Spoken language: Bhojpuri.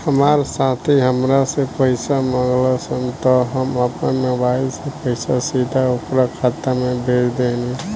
हमार साथी हामरा से पइसा मगलस त हम आपना मोबाइल से पइसा सीधा ओकरा खाता में भेज देहनी